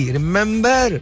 Remember